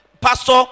Pastor